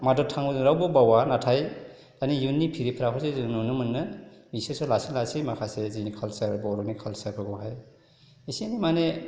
माडार टां रावबो बावा नाथाय माने इयुननि फिरिफ्राखौ जों नुनो मोनो बिसोरसो लासै लासै जोंनि कालचार बर'नि कालचारफोरखौहाय एसे माने